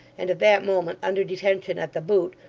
and at that moment under detention at the boot,